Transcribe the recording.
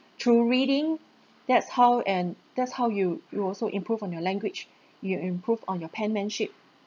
through reading that's how and that's how you you also improve on your language you improve on your penmanship